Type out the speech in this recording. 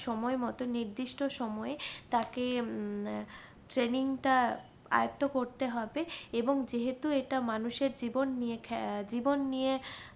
সময় মত নির্দিষ্ট সময়ে তাকে ট্রেনিংটা আয়ত্ত করতে হবে এবং যেহেতু এটা মানুষের জীবন নিয়ে জীবন নিয়ে